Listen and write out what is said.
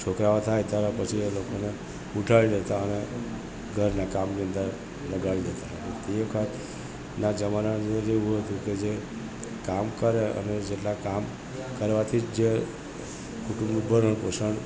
છોકરાઓ થાય ત્યારે પછી એ લોકોને ઊઠાડી લેતા અને ઘરના કામની અંદર લગાડી દેતા એ રીતે ના જમાનાની અંદર એવું હતું કે જે કામ કરે અને જેટલા કામ કરવાથીજ જે કુટુંબનું ભરણપોષણ